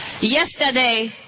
Yesterday